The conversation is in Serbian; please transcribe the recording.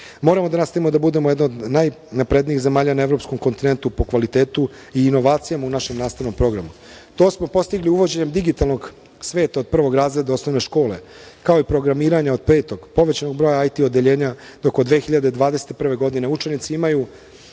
dinara. Moramo da nastavimo da budemo jedna od najnaprednijih zemalja na evropskom kontinentu po kvalitetu i inovacijama u našem nastavnom programu. To smo postigli uvođenjem Digitalnog sveta od prvog razreda osnovne škole, kao i Programiranje od petog, povećanog broja IT odeljenja, dok od 2021. godine učenici imaju